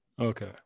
okay